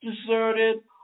deserted